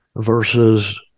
versus